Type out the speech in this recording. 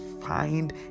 find